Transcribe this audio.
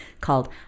called